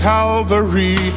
Calvary